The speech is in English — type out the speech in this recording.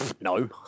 No